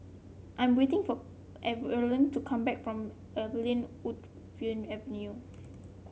I'm waiting for Erline to come back from Laurel Wood Avenue